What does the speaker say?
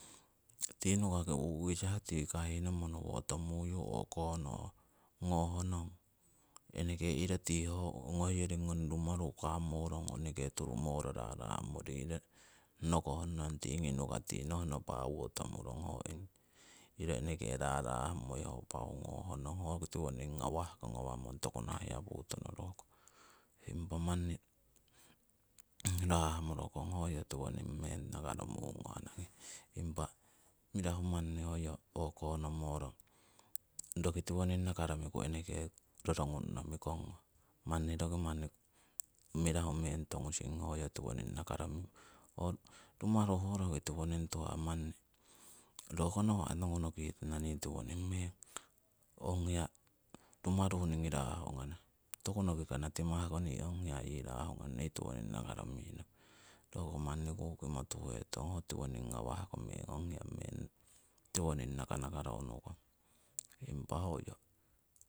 Ti nukaki uukisa tii kahihno monowotomuyuu oko nohnong iro tii hoiyori ngong rumaru tii kaamoro ho eneke turumoro rahrahmoro nokoh nong tiignii nuka tii nohno paawotomurong, ho iro eneke raarahmoi ho paau ngohnong tiwoning ngawah ko gnawamong toku naha hai putonoruho impa manni raahmorokong hoi yo tiwoning meng nakaromungo anagnii. Impa mirahu manni hoyo o'ko ngomorong roki tiwoning nakaromiku eneke rorgnunno mikong manni rokimani mirahumeng tongusing hoi yo tiwoning nakaromung ho rumaru ho roki tiwoning tuhah manni roko nawah nokihetana nii tiwononing meng ong hia ruumaru niigii yii rahugana toku nokikana timahko nii ong hiya yee raahugana nii tiwoning nakarominong ho manni kukimo tuhetong ong hia timahko tiwoning naknakaro roko manni kukimo tuhetong ho tiwoning ngawahko meng ong hiya meng tiwonango nakanakaro unukong impa hoyo